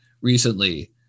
recently